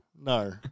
no